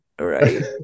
right